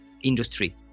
industry